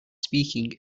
speaking